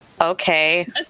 Okay